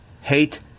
hate